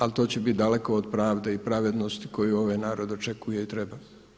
Ali to će biti daleko od pravde i pravednosti koju ovaj narod očekuje i treba.